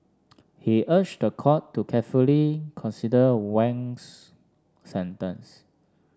he urged the court to carefully consider Wang's sentence